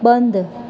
બંધ